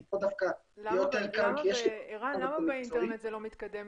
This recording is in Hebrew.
כי פה דווקא יותר קל --- למה באינטרנט זה לא מתקדם,